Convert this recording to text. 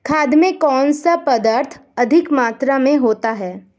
खाद में कौन सा पदार्थ अधिक मात्रा में होता है?